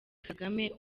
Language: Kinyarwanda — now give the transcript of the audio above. kagame